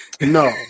No